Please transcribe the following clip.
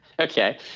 Okay